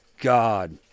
God